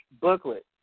booklet